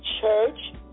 Church